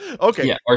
Okay